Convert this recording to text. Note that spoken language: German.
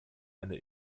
eine